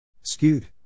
Skewed